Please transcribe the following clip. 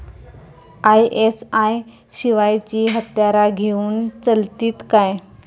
ISI शिवायची हत्यारा घेऊन चलतीत काय?